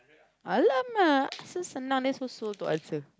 alamak so slow nowadays so slow to answer